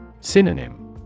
Synonym